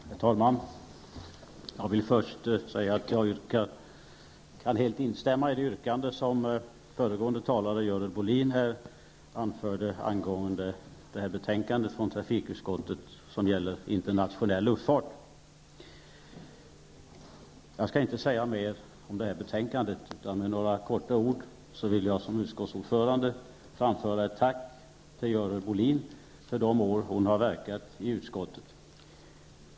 Herr talman! Jag vill först säga att jag kan instämma helt i det yrkande som föregående talare Jag skall inte säga mer om betänkandet. Jag vill med några få ord, såsom utskottsordförande, framföra ett tack till Görel Bohlin för de år hon har verkat i utskottet.